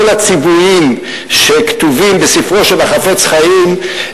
הציוויים שכתובים בספרו של החפץ חיים,